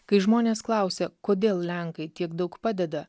kai žmonės klausia kodėl lenkai tiek daug padeda